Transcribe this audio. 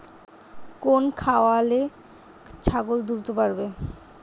কোন খাওয়ারে ছাগল দ্রুত বাড়ে?